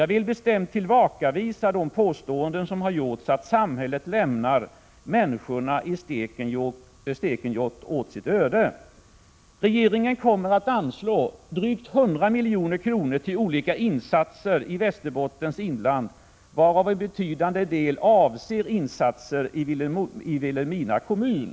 Jag vill bestämt tillbakavisa de påståenden som har gjorts om att samhället lämnar människorna i Stekenjokk åt sitt öde. Regeringen kommer att anslå drygt 100 milj.kr. till olika insatser i Västerbottens inland, varav en betydande del avser insatser i Vilhelmina kommun.